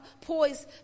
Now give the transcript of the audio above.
poised